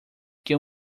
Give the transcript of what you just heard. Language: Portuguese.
que